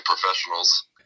professionals